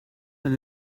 eine